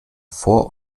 vor